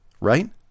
Right